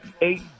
eight